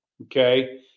Okay